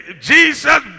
Jesus